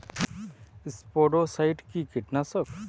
স্পোডোসাইট কি কীটনাশক?